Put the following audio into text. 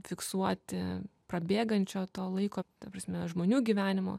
fiksuoti prabėgančio to laiko prasme žmonių gyvenimo